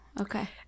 Okay